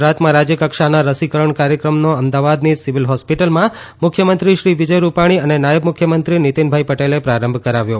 ગુજરાતમાં રાજયકક્ષાના રસીકરણ કાર્યક્રમનો અમદાવાદની સીવીલ હોસ્પીટલમાં મુખ્યમંત્રી શ્રી વિજય રૂપાણી અને નાયબ મુખ્યમંત્રી નીતીનભાઇ પટેલે પ્રારંભ કરાવ્યો